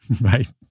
right